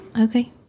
Okay